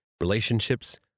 relationships